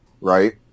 Right